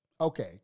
okay